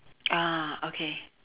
ah okay